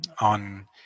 on